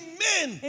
Amen